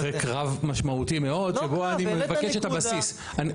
אחרי קרב משמעותי מאוד שבו אני מבקש את הבסיס.